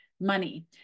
money